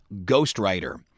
Ghostwriter